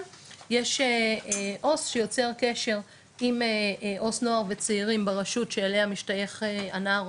יש עו"ס שיוצר קשר עם עו"ס נוער וצעירים ברשות שאליה משתייך הנער,